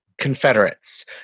Confederates